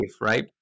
right